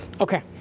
Okay